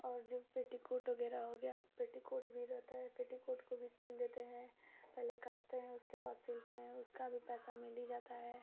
और जो पेटीकोट वगैरह हो गया पेटीकोट भी रहता है पेटीकोट को भी सिल देते हैं पहले काटते हैं उसके बाद सिलते हैं उसका भी पैसा मिल ही जाता है